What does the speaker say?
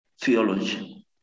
theology